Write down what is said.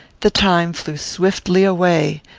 the time flew swiftly away,